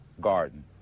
garden